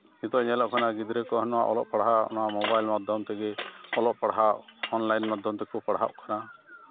ᱱᱤᱛᱳᱜ ᱧᱮᱞᱚᱜ ᱠᱟᱱᱟ ᱜᱤᱫᱽᱨᱟᱹ ᱠᱚᱣᱟᱜ ᱱᱚᱣᱟ ᱚᱞᱚᱜ ᱯᱟᱲᱦᱟᱣ ᱱᱚᱣᱟ ᱢᱳᱵᱟᱭᱤᱞ ᱢᱟᱫᱽᱫᱷᱚᱢ ᱛᱮᱜᱮ ᱚᱞᱚᱜ ᱯᱟᱲᱦᱟᱣ ᱚᱱᱞᱟᱭᱤᱱ ᱢᱟᱫᱽᱫᱷᱚᱢ ᱛᱮᱠᱚ ᱯᱟᱲᱦᱟᱣᱚᱜ ᱠᱟᱱᱟ